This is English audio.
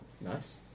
Nice